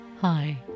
Hi